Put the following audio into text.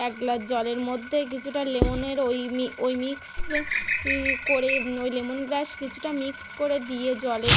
এক গ্লাস জলের মধ্যে কিছুটা লেমনের ওই মি ওই মিক্স ই করে ওই লেমন গ্রাস কিছুটা মিক্স করে দিয়ে জলে